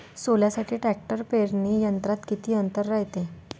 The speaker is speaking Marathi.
सोल्यासाठी ट्रॅक्टर पेरणी यंत्रात किती अंतर रायते?